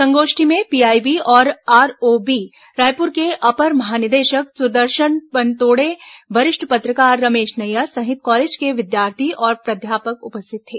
संगोष्ठी में पीआईबी और आरओबी रायपुर के अपर महानिदेशक सुदर्शन पनतोड़े वरिष्ठ पत्रकार रमेश नैयर सहित कॉलेज के विद्यार्थी और प्राध्यापक उपस्थित थे